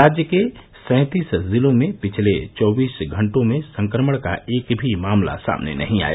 राज्य के सैंतीस जिलों में पिछले चौबीस घंटों में संक्रमण का एक भी मामला सामने नही आया